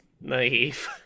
naive